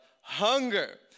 hunger